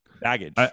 baggage